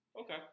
Okay